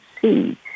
see